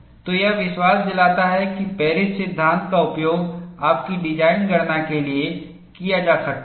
तो यह विश्वास दिलाता है कि पेरिस सिद्धांत का उपयोग आपकी डिज़ाइन गणना के लिए किया जा सकता है